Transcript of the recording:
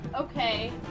Okay